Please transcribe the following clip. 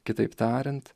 kitaip tariant